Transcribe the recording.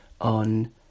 on